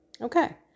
Okay